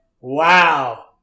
Wow